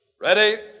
Ready